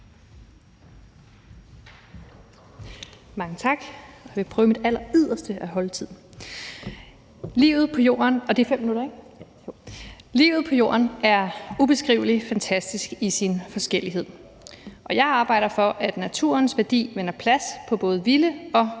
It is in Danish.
Mange tak. Jeg vil gøre mit alleryderste for at holde tiden. Livet på jorden er ubeskrivelig fantastisk i sin forskellighed. Og jeg arbejder for, at naturens værdi vinder plads på både vilde og